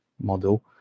model